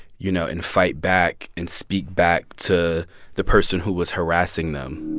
you know, and fight back and speak back to the person who was harassing them